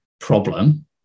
problem